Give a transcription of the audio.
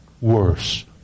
worse